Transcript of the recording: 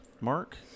mark